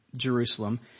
Jerusalem